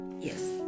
Yes